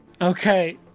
Okay